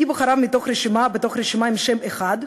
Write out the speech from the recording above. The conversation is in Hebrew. היא בחרה מתוך רשימה עם שם אחד,